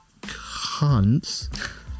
cunts